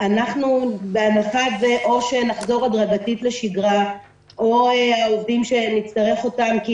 ההנחה היא או שנחזור הדרגתית לשגרה או עובדים שנצטרך אותם כי